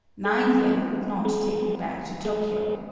nine yen would not take me back to tokyo.